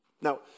Now